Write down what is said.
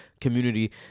community